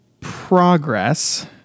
progress